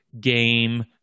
game